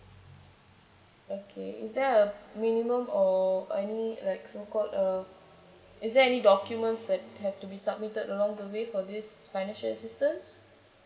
okay is there a minimum or any like so called uh is there any documents that have to be submitted along the way for this financial assistance